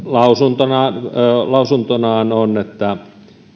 lausunto on että